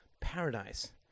paradise